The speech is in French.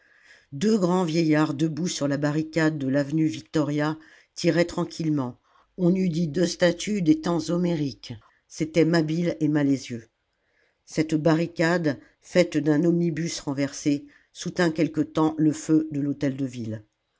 deux grands vieillards debout sur la barricade de l'avenue victoria tiraient tranquillement on eût dit deux statues des temps homériques c'étaient mabile et malézieux la commune cette barricade faite d'un omnibus renversé soutint quelque temps le feu de l'hôtel-de-ville